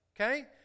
okay